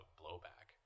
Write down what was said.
blowback